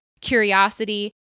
curiosity